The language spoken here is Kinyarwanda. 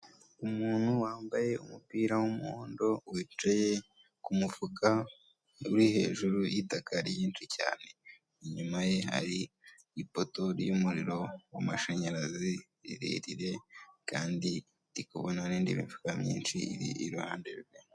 Umuntu wambaye umupira w'umuhondo wicaye ku mufuka uri hejuru y'itakari ryinshi cyane, inyuma ye hari ipoto ry'umuriro w'amashanyarazi rirerire kandi ndi kubona n'indi mifuka myinshi iri iruhande rwe.